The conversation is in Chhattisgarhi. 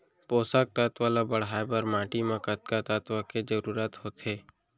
पोसक तत्व ला बढ़ाये बर माटी म कतका तत्व के जरूरत होथे?